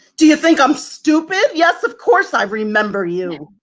do you think i'm stupid? yes, of course i remember you.